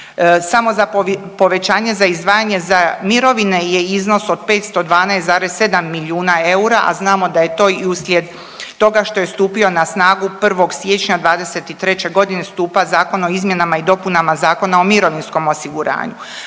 Samo za povećanje za izdvajanje za mirovine je iznos od 512,7 milijuna eura, a znamo da je to i uslijed toga što je stupio na snagu 1. siječnja '23. g. stupa Zakon o izmjenama i dopunama Zakona o mirovinskom osiguranju.